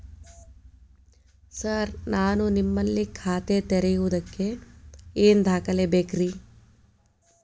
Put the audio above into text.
Sir ನಾನು ನಿಮ್ಮಲ್ಲಿ ಖಾತೆ ತೆರೆಯುವುದಕ್ಕೆ ಏನ್ ದಾಖಲೆ ಬೇಕ್ರಿ?